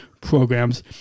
programs